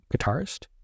guitarist